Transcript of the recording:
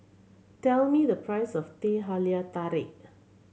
tell me the price of Teh Halia Tarik